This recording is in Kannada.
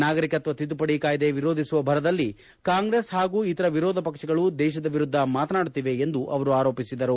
ನಾಗರಿಕತ್ವ ತಿದ್ದುಪಡಿ ಕಾಯಿದೆ ವಿರೋಧಿಸುವ ಭರದಲ್ಲಿ ಕಾಂಗ್ರೆಸ್ ಹಾಗೂ ಇತರ ವಿರೋಧ ಪಕ್ಷಗಳು ದೇಶದ ವಿರುದ್ದ ಮಾತನಾಡುತ್ತಿವೆ ಎಂದು ಅವರು ಆರೋಪಿಸಿದರು